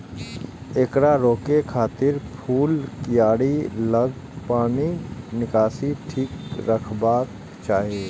एकरा रोकै खातिर फूलक कियारी लग पानिक निकासी ठीक रखबाक चाही